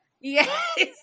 Yes